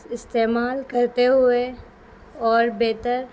استعمال کرتے ہوئے اور بہتر